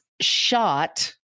shot